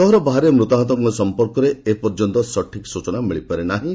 ସହର ବାହାରେ ମୃତାହତଙ୍କ ସଂପର୍କରେ ଏପର୍ଯ୍ୟନ୍ତ ସଠିକ୍ ସୂଚନା ମିଳିପାରି ନାହିଁ